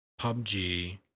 PUBG